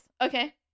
okay